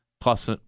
plus